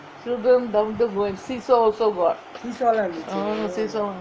so children down there go seesaw also got